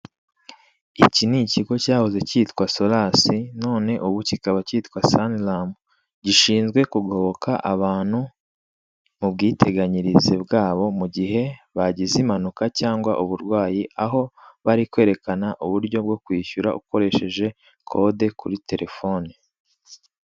Iki ni ikigo cyahoze cyitwa SORAS, none ubu kikaba cyitwa Sanlam; gishinzwe kugoboka abantu mu bwiteganyirize bwabo, mu gihe bagize impanuka cyangwa uburwayi; aho bari kwerekana uburyo bwo kwishyura ukoresheje kode kuri telefoni.